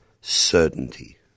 certainty